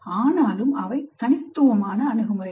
ஆனாலும் அவை தனித்துவமான அணுகுமுறைகள்